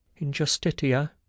injustitia